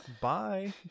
Bye